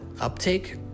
uptake